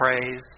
praise